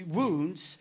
wounds